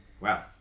Wow